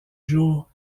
jour